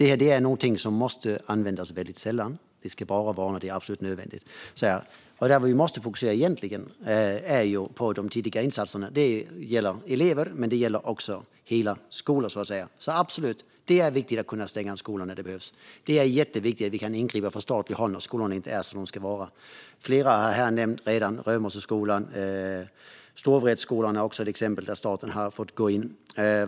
Nödbromsen måste vara något som används väldigt sällan. Det ska bara vara när det är absolut nödvändigt. Det vi egentligen måste fokusera på är de tidiga insatserna. Det gäller elever, men det gäller också hela skolan. Det är absolut viktigt att kunna stänga en skola när det behövs. Det är jätteviktigt att vi kan ingripa från statligt håll när skolor inte är som de ska vara. Flera har redan nämnts här, till exempel Römosseskolan. Storvretskolan är också ett exempel där staten har fått gå in.